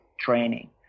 training